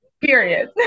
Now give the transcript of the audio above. period